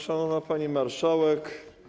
Szanowna Pani Marszałek!